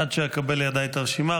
עד שאקבל לידיי את הרשימה,